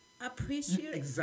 appreciate